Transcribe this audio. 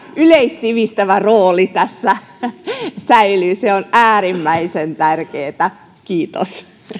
yleissivistävä rooli tässä säilyy se on äärimmäisen tärkeätä kiitos